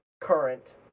current